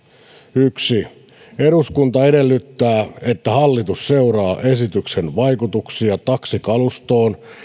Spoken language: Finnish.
yksi eduskunta edellyttää että hallitus seuraa esityksen vaikutuksia taksikalustoon